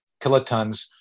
kilotons